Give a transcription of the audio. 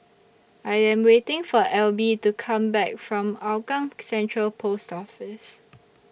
I Am waiting For Alby to Come Back from Hougang Central Post Office